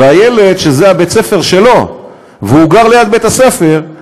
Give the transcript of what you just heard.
והילד, שזה בית-הספר שלו, והוא גר ליד בית-הספר,